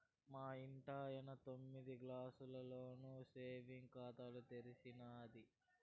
మా ఇంటాయన తొమ్మిదో క్లాసులోనే సేవింగ్స్ ఖాతా తెరిచేసినాది